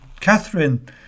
Catherine